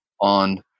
on